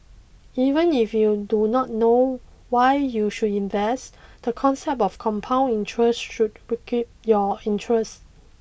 even if you do not know why you should invest the concept of compound interest should pique your interest